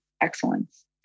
excellence